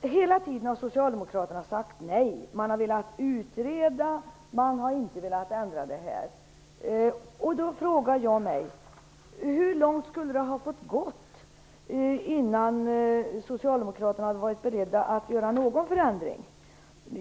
Hela tiden har socialdemokraterna sagt nej. Man har velat utreda, och man har inte velat ändra bestämmelserna. Då frågar jag mig: Hur långt skulle det fått gå innan socialdemokraterna varit beredda att göra någon förändring?